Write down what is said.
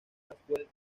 maxwell